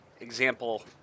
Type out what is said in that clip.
Example